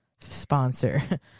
sponsor